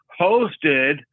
hosted